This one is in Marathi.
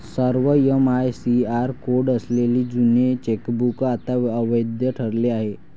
सर्व एम.आय.सी.आर कोड असलेले जुने चेकबुक आता अवैध ठरले आहे